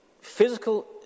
physical